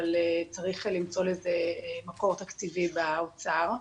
אבל צריך למצוא לזה מקור תקציבי באוצר.